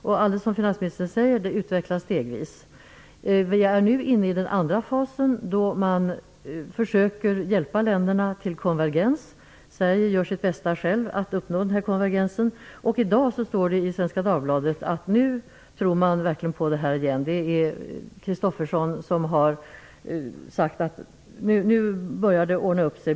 Valutaunionen utvecklas stegvis, precis som finansministern säger. Vi är nu inne i den andra fasen, där man försöker att hjälpa länderna till konvergens. Sverige gör självt sitt bästa att uppnå den konvergensen. I dag står det i Svenska Dagbladet att man verkligen tror på detta igen. Henning Christophersen har sagt att det nu börjar att ordna upp sig.